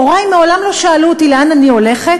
הורי מעולם לא שאלו אותי לאן אני הולכת,